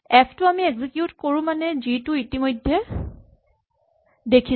F টো আমি execute কৰোঁ মানে জি টো ইতিমধ্যে দেখিছে